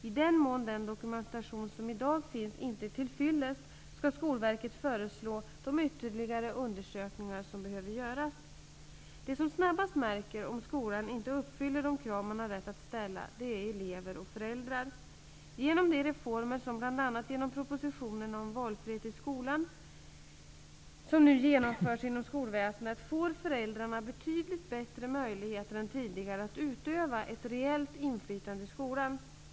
I den mån den dokumentation som i dag finns inte är till fyllest, skall Skolverket föreslå de ytterligare undersökningar som behöver göras. De som snabbast märker om skolan inte uppfyller de krav man har rätt att ställa är elever och föräldrar. Genom de reformer som bl.a. genom propositionerna om valfrihet i skolan nu genomförs inom skolväsendet, får föräldrarna betydligt bättre möjligheter än tidigare att utöva ett reellt inflytande i skolan.